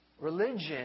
Religion